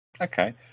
Okay